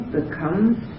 becomes